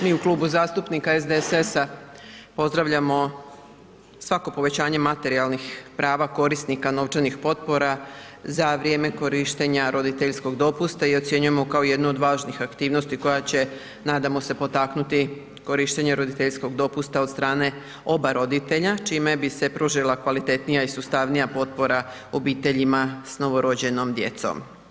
Mi u Klubu zastupnika SDSS-a pozdravljamo svako povećanje materijalnih prava korisnika novčanih potpora za vrijeme korištenja roditeljskog dopusta i ocjenjujemo kao jednu od važnih aktivnosti koja će nadamo se potaknuti korištenje roditeljskog dopusta od strane oba roditelja čime bi se pružila kvalitetnija i sustavnija potpora obiteljima s novorođenom djecom.